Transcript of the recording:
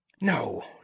No